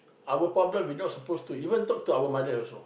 our problem we not suppose to even talk to our mother also